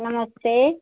नमस्ते